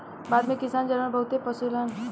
भारत के किसान जानवर बहुते पोसेलन